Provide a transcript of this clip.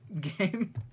game